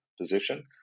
position